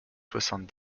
soixante